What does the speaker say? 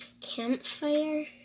campfire